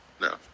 no